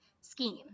scheme